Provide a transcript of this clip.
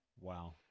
Wow